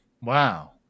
wow